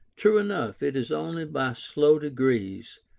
true enough, it is only by slow degrees,